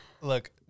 Look